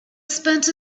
spent